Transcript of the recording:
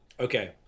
Okay